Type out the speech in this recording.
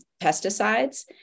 pesticides